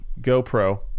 GoPro